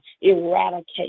Eradicate